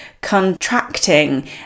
contracting